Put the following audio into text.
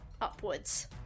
upwards